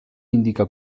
indica